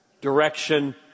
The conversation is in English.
direction